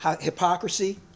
Hypocrisy